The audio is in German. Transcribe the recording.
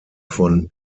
von